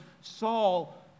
Saul